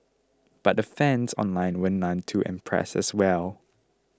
but the fans online were none too impressed as well